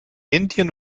indian